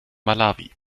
malawi